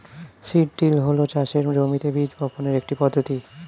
seed drill হল চাষের জমিতে বীজ বপনের একটি পদ্ধতি